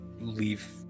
leave